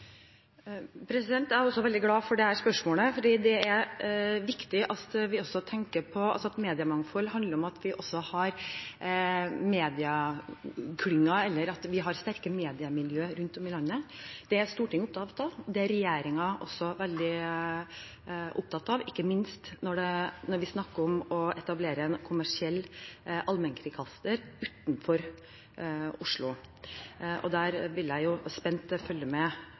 Jeg er veldig glad for dette spørsmålet, for det er viktig at vi tenker på at et mediemangfold handler om at vi også har medieklynger eller sterke mediemiljø rundt om i landet. Det er Stortinget opptatt av, og det er regjeringen også veldig opptatt av, ikke minst når vi snakker om å etablere en kommersiell allmennkringkaster utenfor Oslo. Der vil jeg spent følge med